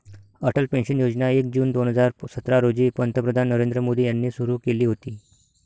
Atal pension योजना एक जून दोन हजार सतरा रोजी पंतप्रधान नरेंद्र मोदी यांनी सुरू केली होती